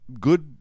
good